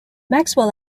maxwell